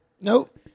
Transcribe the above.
Nope